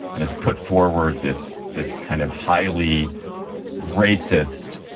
and it's put forward this this kind of highly racist,